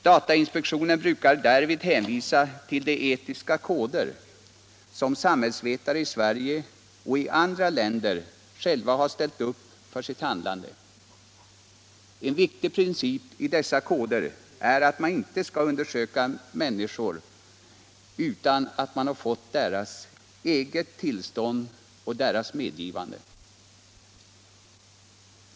Datainspektionen brukar därvid hänvisa till de etiska koder som samhällsvetare i Sverige och i andra länder själva har ställt upp för sitt handlande. En viktig princip i dessa koder är att man inte skall undersöka människor utan deras eget medgivande.